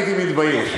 הייתי מתבייש.